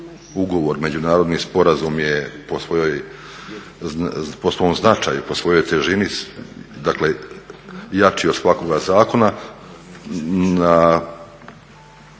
ugovor, međunarodni sporazum je po svom značaju, po svojoj težini, dakle jači od svakoga zakona.